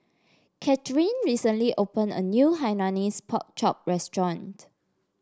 Katheryn recently opened a new Hainanese Pork Chop restaurant